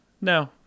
no